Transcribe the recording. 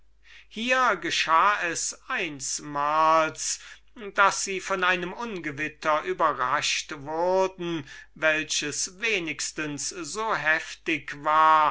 hier geschah es einsmals daß sie von einem ungewitter überrascht wurden welches wenigstens so heftig war